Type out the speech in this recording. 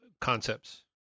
concepts